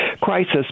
crisis